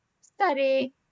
study